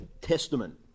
Testament